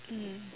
mm